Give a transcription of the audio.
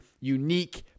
unique